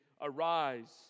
Arise